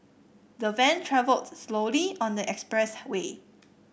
the van travelled slowly on the express way